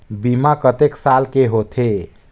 बीमा कतेक साल के होथे?